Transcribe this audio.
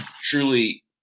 truly